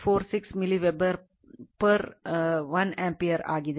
646 milliweber 1 ampere ಆಗಿದೆ